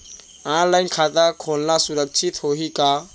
Online खाता खोलना सुरक्षित होही का?